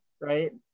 right